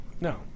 No